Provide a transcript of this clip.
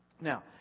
Now